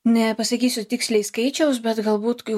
nepasakysiu tiksliai skaičiaus bet galbūt jau